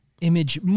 image